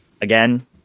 Again